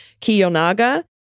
Kiyonaga